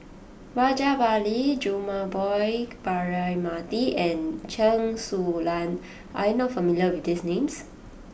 Rajabali Jumabhoy Braema Mathi and Chen Su Lan are you not familiar with these names